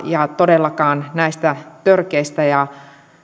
ja todellakaan näistä törkeistä ja